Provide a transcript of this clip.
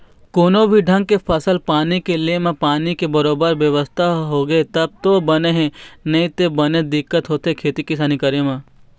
कोनो भी ढंग के फसल पानी के ले म पानी के बरोबर बेवस्था होगे तब तो बने हे नइते बनेच दिक्कत होथे खेती किसानी करे म